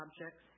objects